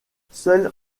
seuls